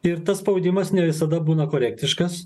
ir tas spaudimas ne visada būna korektiškas